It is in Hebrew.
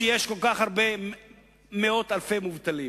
כשיש כל כך הרבה מאות אלפי מובטלים